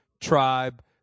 tribe